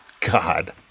God